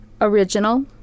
original